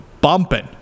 bumping